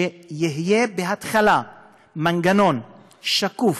שיהיה בהתחלה מנגנון שקוף,